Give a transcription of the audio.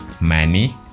money